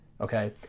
Okay